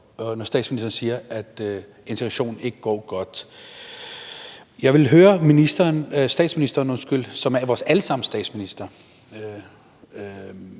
når statsministerens siger, at integrationen ikke går godt. Jeg vil høre statsministeren, som er vores alle sammens statsminister,